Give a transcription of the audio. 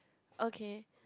okay